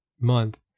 month